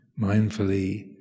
Mindfully